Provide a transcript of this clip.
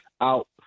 out